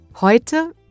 Heute